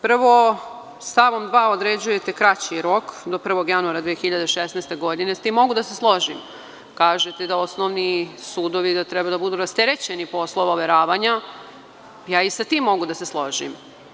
Prvo, stavom 2. određujete kraći rok do 1. januara 2016. godine i mogu da se složim, kažete da osnovni sudovi treba da budu rasterećeni poslova overavanja, i ja i sa tim mogu da se složim.